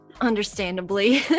Understandably